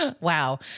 wow